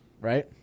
right